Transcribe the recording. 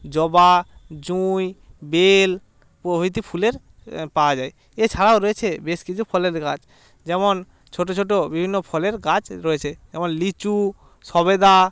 জবা জুঁই বেল প্রভৃতি ফুলের পাওয়া যায় এছাড়াও রয়েছে বেশ কিছু ফলের গাছ যেমন ছোট ছোট বিভিন্ন ফলের গাছ রয়েছে যেমন লিচু সবেদা